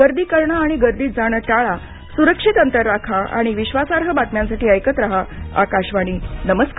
गर्दी करणं आणि गर्दीत जाणं टाळा सुरक्षित अंतर राखा आणि विश्वासार्ह बातम्यांसाठी ऐकत राहा आकाशवाणी नमस्कार